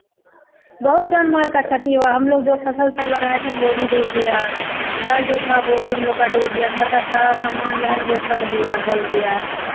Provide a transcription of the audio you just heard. बहुत जान माल का क्षति हुआ हम लोग जो फसल सब लगाए थे ना वो भी डूब गया घर जो था वो भी हम लोग का डूब गया घर का सारा सामान जो है ना वो सड़ गया गल गया